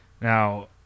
Now